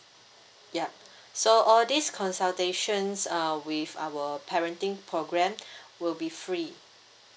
yup so all these consultations uh with our parenting program will be free